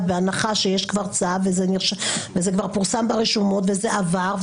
בהנחה שיש כבר צו וזה כבר פורסם ברשומות וזה עבר,